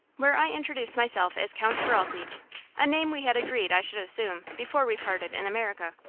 where i introduced myself as count ferralti a name we had agreed i should assume before we parted in america.